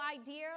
idea